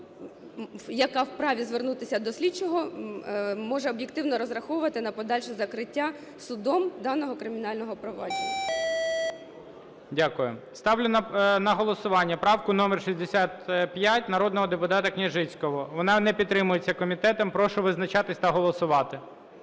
яка вправі звернутися до слідчого, може об'єктивно розраховувати на подальше закриття судом даного кримінального провадження. ГОЛОВУЮЧИЙ. Дякую. Ставлю на голосування правку номер 65 народного депутата Княжицького. Вона не підтримується комітетом. Прошу визначатись та голосувати.